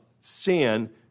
sin